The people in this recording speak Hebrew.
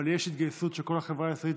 אבל יש התגייסות של כל החברה הישראלית,